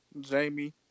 Jamie